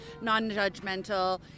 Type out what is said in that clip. non-judgmental